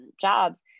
jobs